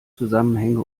zusammenhänge